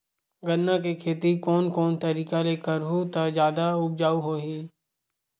गन्ना के खेती कोन कोन तरीका ले करहु त जादा उपजाऊ होही?